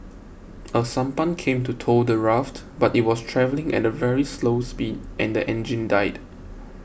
a sampan came to tow the raft but it was travelling at a very slow speed and the engine died